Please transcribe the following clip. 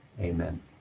Amen